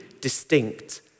distinct